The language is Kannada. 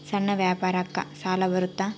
ಸಣ್ಣ ವ್ಯಾಪಾರಕ್ಕ ಸಾಲ ಬರುತ್ತಾ?